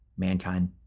Mankind